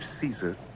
Caesar